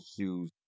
issues